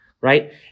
right